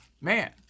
man